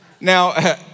Now